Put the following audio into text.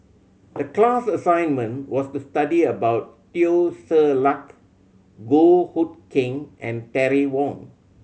the class assignment was to study about Teo Ser Luck Goh Hood Keng and Terry Wong